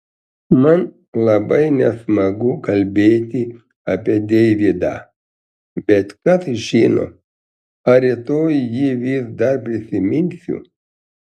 man labai nesmagu kalbėti apie deividą bet kas žino ar rytoj jį vis dar prisiminsiu